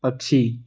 पक्षी